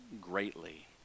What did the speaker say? greatly